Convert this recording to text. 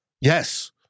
yes